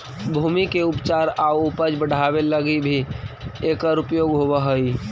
भूमि के उपचार आउ उपज बढ़ावे लगी भी एकर उपयोग होवऽ हई